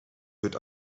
wird